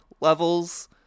levels